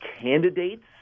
candidates